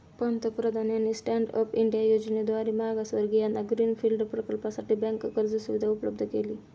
पंतप्रधानांनी stand up India योजनेद्वारे मागासवर्गीयांना ग्रीन फील्ड प्रकल्पासाठी बँक कर्ज सुविधा उपलब्ध केली